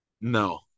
No